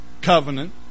covenant